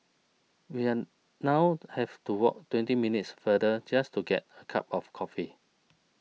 we are now have to walk twenty minutes farther just to get a cup of coffee